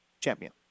champion